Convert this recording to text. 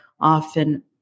often